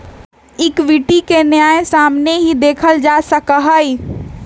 equity के न्याय के सामने ही देखल जा सका हई